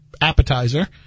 appetizer